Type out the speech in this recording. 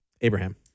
Abraham